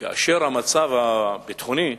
כאשר המצב הביטחוני,